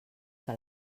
que